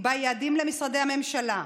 ותקבע יעדים למשרדי הממשלה,